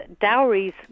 dowries